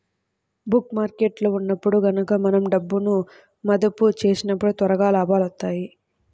bull మార్కెట్టులో ఉన్నప్పుడు గనక మనం డబ్బును మదుపు చేసినప్పుడు త్వరగా లాభాలొత్తాయి